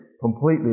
completely